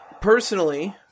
personally